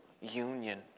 union